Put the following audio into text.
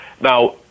Now